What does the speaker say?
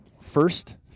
first